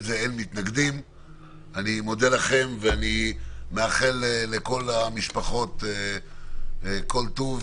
אני מאחל לכל המשפחות כל טוב,